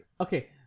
Okay